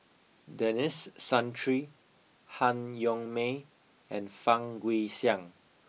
Denis Santry Han Yong May and Fang Guixiang